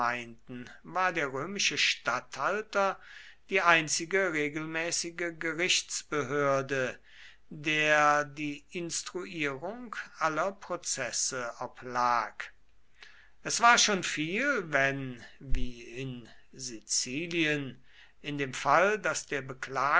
war der römische statthalter die einzige regelmäßige gerichtsbehörde der die instruierung aller prozesse oblag es war schon viel wenn wie in sizilien in dem fall daß der